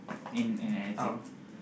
in in anything